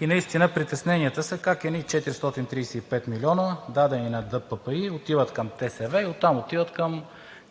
и наистина притесненията са как едни 435 милиона, дадени на ДППИ, отиват към ТСВ и оттам отиват към